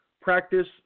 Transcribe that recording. practice